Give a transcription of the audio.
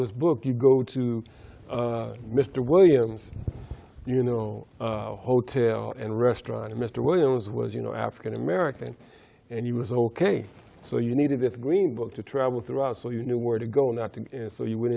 this book you go to mr williams you know hotel and restaurant mr williams was you know african american and he was ok so you needed this green book to travel throughout so you know where to go not to so you went